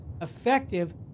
effective